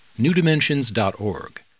newdimensions.org